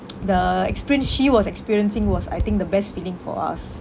the experience she was experiencing was I think the best feeling for us